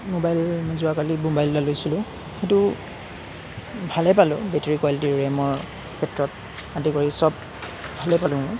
mobile যোৱাকালি mobile এটা লৈছিলোঁ সেইটো ভালে পালোঁ বেটেৰী কোৱালিটি ৰেমৰ ক্ষেত্ৰত আদি কৰি সব ভালে পালোঁ মই